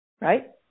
right